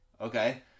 okay